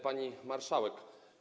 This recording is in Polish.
Pani Marszałek!